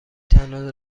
تنها